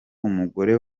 umugore